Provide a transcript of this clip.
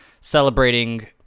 celebrating